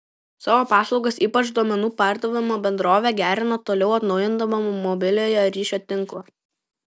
savo paslaugas ypač duomenų perdavimo bendrovė gerina toliau atnaujindama mobiliojo ryšio tinklą